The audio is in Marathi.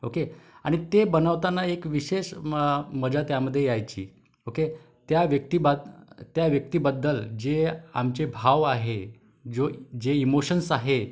ओके आणि ते बनवताना एक विशेष मअ मजा त्यामध्ये यायची ओके त्या व्यक्तीबात त्या व्यक्तीबद्दल जे आमचे भाव आहे जो जे इमोशन्स आहे